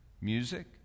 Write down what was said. Music